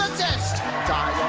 test tie